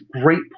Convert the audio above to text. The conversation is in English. great